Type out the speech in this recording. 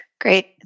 Great